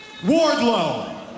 Wardlow